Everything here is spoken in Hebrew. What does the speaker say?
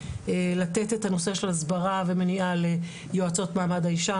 לתת את הנושא של הסברה ומניעה ליועצות מעמד האישה.